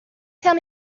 tell